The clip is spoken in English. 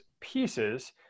pieces